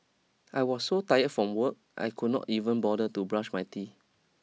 I was so tired from work I could not even bother to brush my teeth